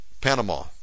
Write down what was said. Panama